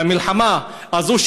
במלחמה הזאת,